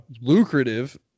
lucrative